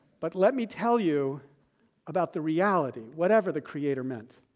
but let me tell you about the reality, whatever the creator meant,